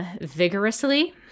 vigorously